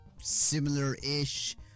similar-ish